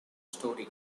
story